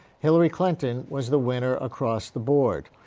hillary clinton was the winner across the board,